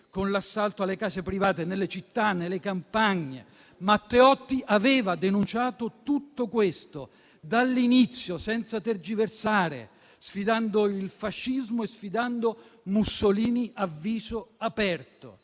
con l'assalto alle case private, nelle città e nelle campagne. Matteotti aveva denunciato tutto questo, dall'inizio, senza tergiversare, sfidando il fascismo e Mussolini a viso aperto.